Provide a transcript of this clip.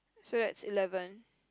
so that's eleven